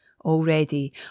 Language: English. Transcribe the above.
already